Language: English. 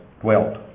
dwelt